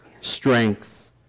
strength